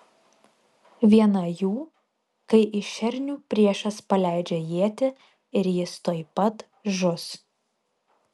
viena jų kai į šernių priešas paleidžia ietį ir jis tuoj pat žus